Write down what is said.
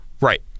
Right